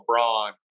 LeBron